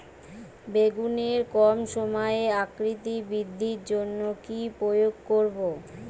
বেগুনের কম সময়ে আকৃতি বৃদ্ধির জন্য কি প্রয়োগ করব?